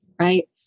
right